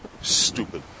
Stupid